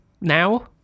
Now